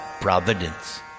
providence